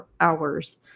hours